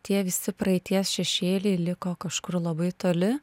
tie visi praeities šešėliai liko kažkur labai toli